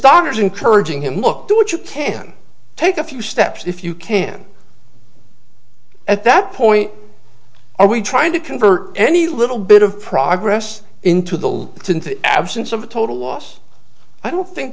daughter's encouraging him look do what you can take a few steps if you can at that point are we trying to convert any little bit of progress into the absence of a total loss i don't think